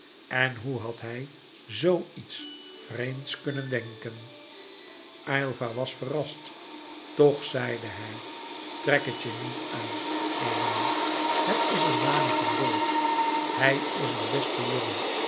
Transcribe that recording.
en hoe had hij zo iets vreemds kunnen denken aylva was verrast toch zeide hij trek het je niet aan emilie het is een manie van dolf hij is een beste jongen